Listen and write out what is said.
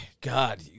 God